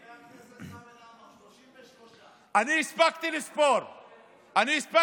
חבר הכנסת חמד עמאר, 33. אני הפסקתי לספור שרים.